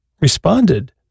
responded